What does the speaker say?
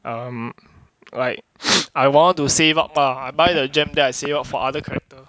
um like I want to save up ah I buy the gem then I save up for other character